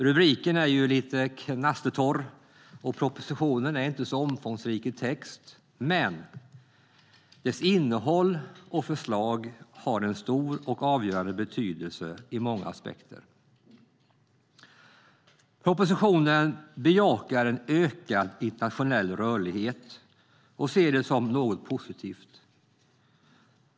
Rubriken är ju lite knastertorr, och propositionen är inte så omfångsrik i text, men dess innehåll och förslag har en stor och avgörande betydelse i många aspekter. För det första bejakar propositionen en ökad internationell rörlighet och ser det som något positivt.